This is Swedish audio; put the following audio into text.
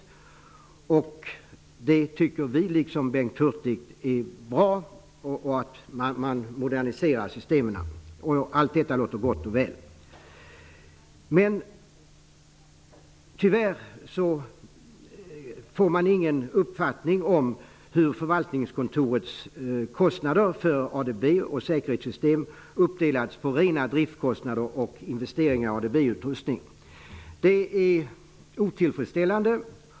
Liksom Bengt Hurtig tycker också vi att det är bra att systemen moderniseras. Så långt verkar det vara gott och väl. Tyvärr får man ingen uppfattning om hur förvaltningskontorets kostnader för ADB och säkerhetssystem uppdelats på rena driftskostnader och investeringar i ADB-utrustning. Detta är otillfredsställande.